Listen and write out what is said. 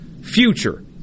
Future